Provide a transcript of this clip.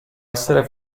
essere